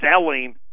selling